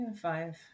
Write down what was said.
five